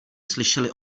slyšeli